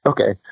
Okay